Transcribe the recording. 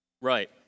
Right